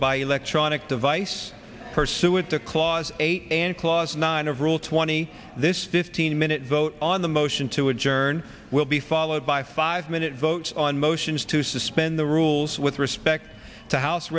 by electronic device pursue it the clause eight and clause nine of rule twenty this fifteen minute vote on the motion to adjourn will be followed by five vote on motions to suspend the rules with respect to house